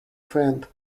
friend